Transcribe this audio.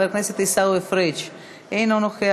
חבר הכנסת עיסאווי פריג' אינו נוכח,